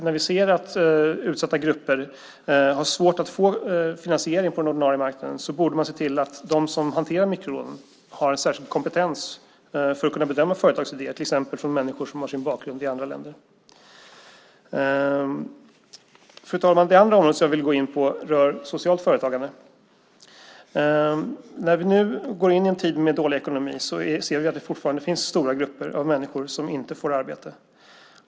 När vi ser hur utsatta grupper har svårt att få finansiering på den ordinarie marknaden borde man se till att de som hanterar mikrolånen har en särskild kompetens för att kunna bedöma företags idéer, till exempel människor som har sin bakgrund i andra länder. Fru talman! Det andra området jag vill gå in på rör socialt företagande. När vi nu går in i en tid med dålig ekonomi ser vi att det fortfarande finns stora grupper av människor som inte får arbete.